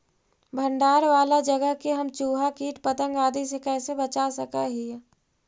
भंडार वाला जगह के हम चुहा, किट पतंग, आदि से कैसे बचा सक हिय?